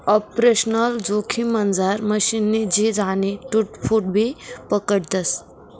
operational जोखिममझार मशीननी झीज आणि टूट फूटबी पकडतस